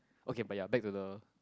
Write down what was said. okay but you're back to the